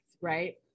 right